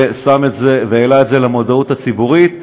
והעלה את זה למודעות הציבורית.